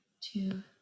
two